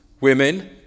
women